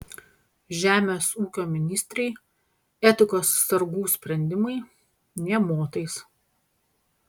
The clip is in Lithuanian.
žemės ūkio ministrei etikos sargų sprendimai nė motais